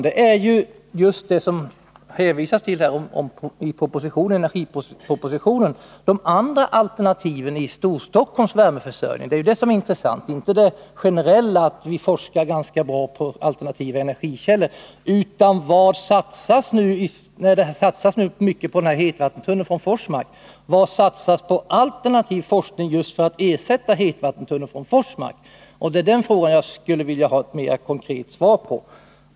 Det intressanta är, som energipropositionen hänvisar till, de andra alternativen i Storstockholms energiförsörjning. Det är detta som är intressant — inte att man forskar ganska bra på alternativa energikällor. När det nu satsas mycket på den här hetvattentunneln från Forsmark, vad satsas då på forskning om alternativen för att ersätta hetvattentunneln? Det 33 är den frågan jag skulle vilja få ett mera konkret svar på.